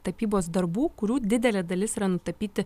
tapybos darbų kurių didelė dalis yra nutapyti